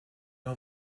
are